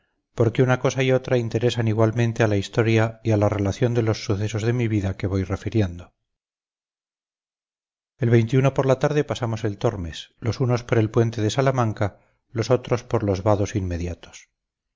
porque una cosa y otra interesan igualmente a la historia y a la relación de los sucesos de mi vida que voy refiriendo el por la tarde pasamos el tormes los unos por el puente de salamanca los otros por los vados inmediatos